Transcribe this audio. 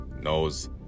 knows